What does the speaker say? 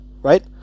right